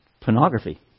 Pornography